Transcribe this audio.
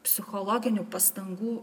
psichologinių pastangų